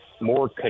more